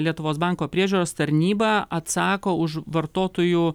lietuvos banko priežiūros tarnyba atsako už vartotojų